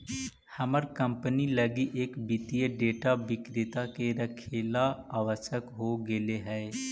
हमर कंपनी लगी एक वित्तीय डेटा विक्रेता के रखेला आवश्यक हो गेले हइ